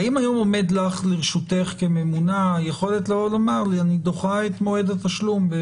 האם היום עומד לרשותך כממונה היכולת לומר לי שאת דוחה את מועד התשלום?